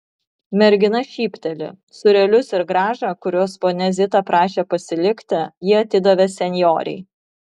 mergina šypteli sūrelius ir grąžą kuriuos ponia zita prašė pasilikti ji atidavė senjorei